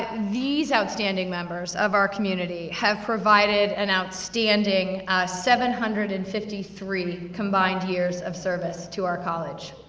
these outstanding members of our community, have provided an outstanding seven hundred and fifty three combined years of service to our college.